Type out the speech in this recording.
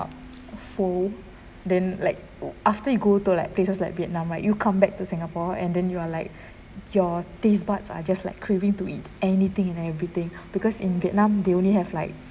pho then like after you go to like places like vietnam right you come back to singapore and then you are like your taste buds are just like craving to eat anything and everything because in vietnam they only have like